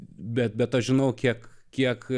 bet bet aš žinau kiek kiek